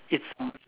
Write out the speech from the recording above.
it's